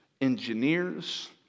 engineers